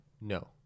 No